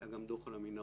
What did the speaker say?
היה גם דוח על המנהרות,